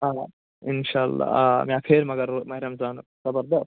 آ اِنشاء اللہ آ مےٚ ہا پھیرِ مگر رُ ماہِ رمضانُک زَبردست